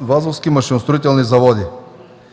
„Вазовски машиностроителни заводи”.